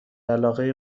علاقه